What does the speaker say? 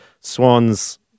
Swans